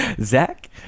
Zach